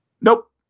Nope